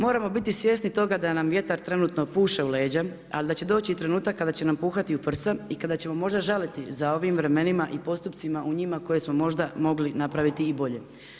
Moramo biti svjesni toga da nam vjetar trenutno puše u leđa, ali da će doći i trenutak kada će nam puhati i u prsa i kada ćemo možda žaliti za ovim vremenima i postupcima u njima koje smo možda mogli napraviti i bolje.